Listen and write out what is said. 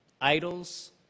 Idols